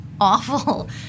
awful